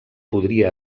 podria